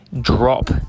drop